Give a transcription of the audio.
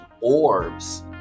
orbs